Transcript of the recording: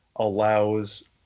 allows